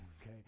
Okay